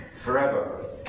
forever